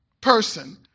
person